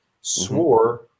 swore